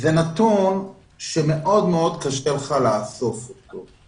את זה זה נתון שמאוד מאוד קשה לך לאסוף אותו,